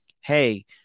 hey